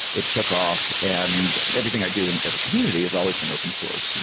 it took off and everything i do and as a community has always been open source,